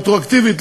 רטרואקטיבית,